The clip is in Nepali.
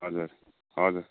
हजुर हजुर